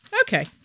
Okay